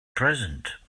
present